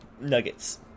nuggets